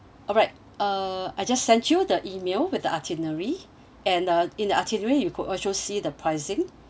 alright uh I just sent you the email with the itinerary and uh in the itinerary you could also see the pricing